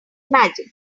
magic